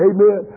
Amen